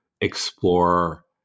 explore